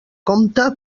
compte